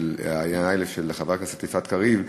של חברת הכנסת יפעת קריב.